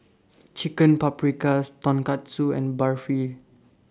Chicken Paprikas Tonkatsu and Barfi